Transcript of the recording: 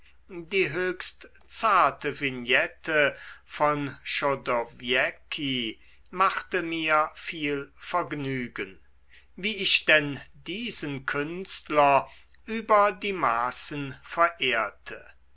die höchst zarte vignette von chodowiecki machte mir viel vergnügen wie ich denn diesen künstler über die maßen verehrte